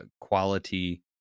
quality